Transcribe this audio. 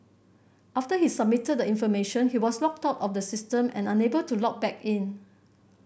after he submitted the information he was logged out of the system and unable to log back in